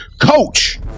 Coach